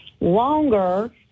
longer